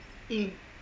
mm